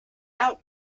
out